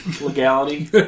legality